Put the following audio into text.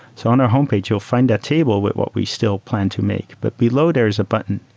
so on our homepage you'll find that table with what we still plan to make, but below there is a button,